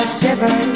shiver